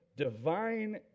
divine